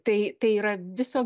tai tai yra viso